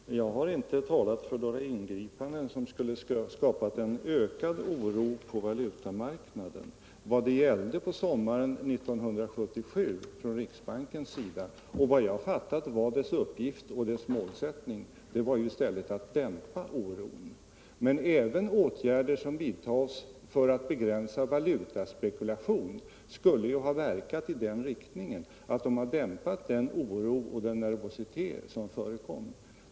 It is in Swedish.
Herr talman! Jag har inte talat för några ingripanden som skulle ha skapat oro på valutamarknaden. Vad det gällde för riksbanken sommaren 1977 — och det var enligt vad jag har fattat dess uppgift och dess målsättning -— vari stället att dämpa oron. Men även åtgärder som vidtas för att begränsa valutaspekulation skulle ju ha verkat i den riktningen att de hade dämpat den oro och nervositet som förekom.